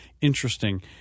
interesting